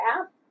app